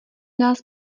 nás